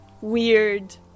weird